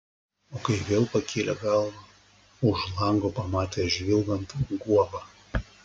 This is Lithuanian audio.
o kai vėl pakėlė galvą už lango pamatė žvilgant guobą